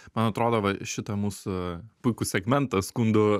man atrodo va šitą mūsų puikų segmentą skundų